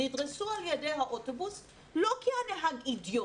נדרסו על ידי האוטובוס לא כי הנהג אידיוט,